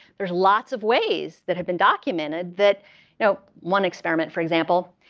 there's lots of ways that have been documented that you know one experiment, for example,